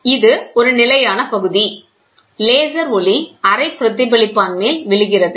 எனவே இது ஒரு நிலையான பகுதி லேசர் ஒளி அரை பிரதிபலிப்பான் மேல் விழுகிறது